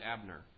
Abner